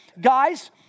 guys